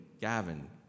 Gavin